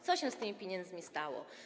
Co się z tymi pieniędzmi stało?